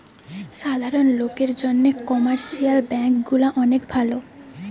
সাধারণ লোকের জন্যে কমার্শিয়াল ব্যাঙ্ক গুলা অনেক ভালো